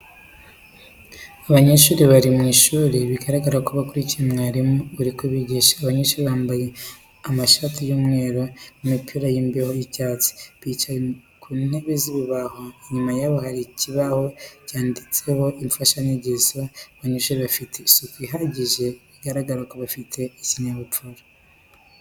Abanyeshuri bari mu ishuri bigaragara ko bakurikiye mwarimu uri kubigisha. Abanyeshuri bambaye amashati y'umweru n'imipira y'imbeho y'icyatsi, bicaye ku ntebe z'ibibaho, inyuma yabo hari ikibaho bandikaho imfashanyigisho. Abanyeshuri bafite isuku ihagije, bigaragara ko bafite n'ikinyabupfura.